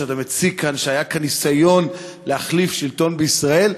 שהיה כאן ניסיון להחליף שלטון בישראל.